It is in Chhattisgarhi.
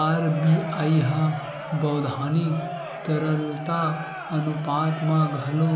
आर.बी.आई ह बैधानिक तरलता अनुपात म घलो